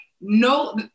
no